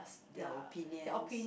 their opinions